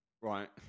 Right